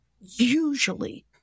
usually